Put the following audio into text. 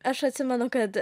aš atsimenu kad